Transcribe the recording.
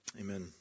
Amen